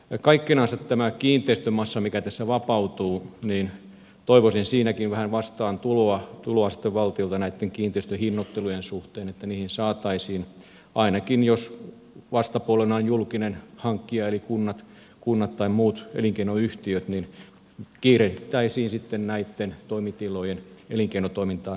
kaikkinensa kun on tämä kiinteistömassa mikä vapautuu niin toivoisin siinäkin vähän vastaantuloa sitten valtiolta näitten kiinteistöjen hinnoittelun suhteen että ainakin jos vastapuolena on julkinen hankkija eli kunnat tai muut elinkeinoyhtiöt niin kiirehdittäisiin sitten näitten toimitilojen elinkeinotoimintaan saattamista